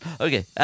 Okay